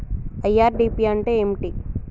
IRDP అంటే ఏమిటి?